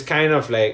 ya